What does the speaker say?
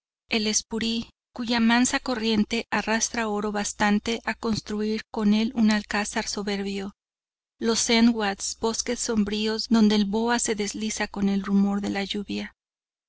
rojas el espuri cuya mansa corriente arrastra oro bastante a construir con el un alcázar soberbio los senwads bosques sombríos donde el boa se desliza con el rumor de la lluvia